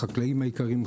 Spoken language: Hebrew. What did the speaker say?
לחקלאים היקרים,